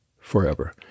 forever